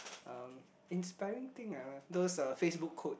um inspiring thing ah those uh Facebook quotes